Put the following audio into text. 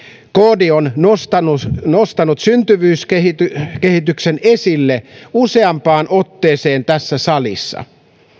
kd on nostanut nostanut syntyvyyskehityksen esille useampaan otteeseen tässä salissa